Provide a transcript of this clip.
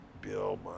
Bill